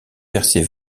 verser